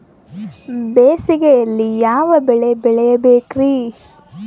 ಬೇಸಿಗೆಯಲ್ಲಿ ಯಾವ ಬೆಳೆ ಬೆಳಿಬೇಕ್ರಿ?